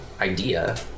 Idea